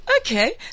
Okay